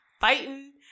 fighting